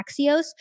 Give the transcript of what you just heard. Axios